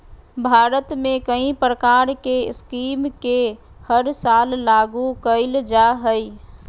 भारत में कई प्रकार के स्कीम के हर साल लागू कईल जा हइ